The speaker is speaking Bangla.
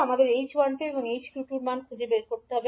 আমাদের h12 এবং h22 এর মান খুঁজে বের করতে হবে